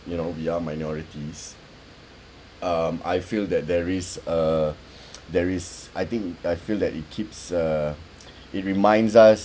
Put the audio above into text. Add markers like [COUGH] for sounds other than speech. you know we are minorities um I feel that there is a uh [NOISE] there is I think I feel that it keeps uh it reminds us